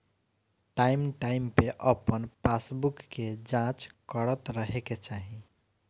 time time पे अपन passbook के जाँच करत रहे के चाही